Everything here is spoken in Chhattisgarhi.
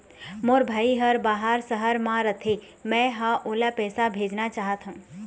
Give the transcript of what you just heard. मोर भाई हर बाहर शहर में रथे, मै ह ओला पैसा भेजना चाहथों